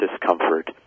discomfort